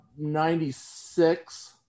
96